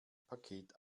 paket